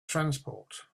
transport